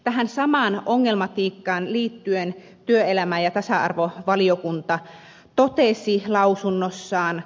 tähän samaan ongelmatiikkaan liittyen työelämä ja tasa arvovaliokunta totesi lausunnossaan